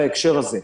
בהקשר הזה.